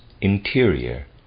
interior